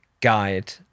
guide